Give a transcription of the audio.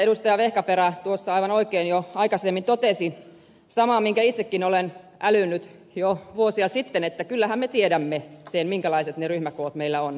vehkaperä tuossa aivan oikein jo aikaisemmin totesi saman minkä itsekin olen älynnyt jo vuosia sitten että kyllähän me tiedämme sen minkälaiset ne ryhmäkoot meillä ovat